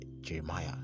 Jeremiah